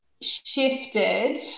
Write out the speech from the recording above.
shifted